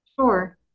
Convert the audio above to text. Sure